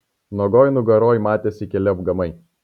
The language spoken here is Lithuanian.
nuogoj nugaroj matėsi keli apgamai